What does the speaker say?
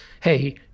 hey